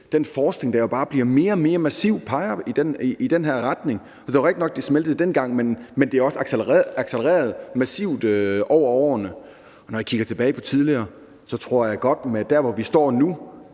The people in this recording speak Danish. den forskning, der bare mere og mere massivt peger i den her retning. Det er jo rigtigt nok, at det smeltede dengang, men det er også accelereret massivt over årene, og når jeg kigger tilbage på tidligere, i forhold til hvor vi står nu,